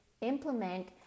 implement